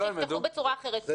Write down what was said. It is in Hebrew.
שיפתחו בצורה אחרת,